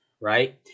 right